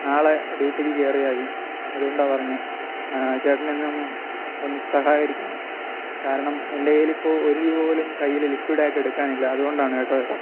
നാളെ ഡ്യൂട്ടിക്ക് കയറിയാൽ മതി അതുകൊണ്ടാണ് പറഞ്ഞത് ചേട്ടൻ ഇന്നൊന്ന് ഒന്ന് സഹകരിക്കണം കാരണം എൻ്റെ കയ്യിൽ ഇപ്പോൾ ഒരു രൂപ പോലും കയ്യിൽ ലിക്വിഡ് ആയിട്ട് എടുക്കാൻ ഇല്ല അതുകൊണ്ടാണ് കേട്ടോ ചേട്ടാ